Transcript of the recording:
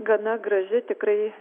gana graži tikrai